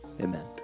Amen